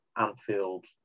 anfield